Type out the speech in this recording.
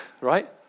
right